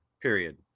period